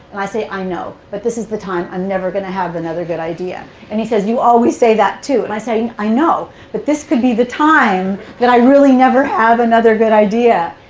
i say, i know, but this is the time i'm never going to have another good idea. and he says, you always say that too. and i say, and i know, but this could be the time that i really never have another good idea.